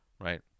right